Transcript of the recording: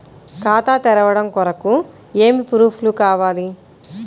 ఖాతా తెరవడం కొరకు ఏమి ప్రూఫ్లు కావాలి?